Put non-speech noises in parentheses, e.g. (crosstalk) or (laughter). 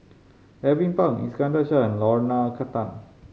Alvin Pang Iskandar Shah and Lorna (unintelligible)